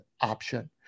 option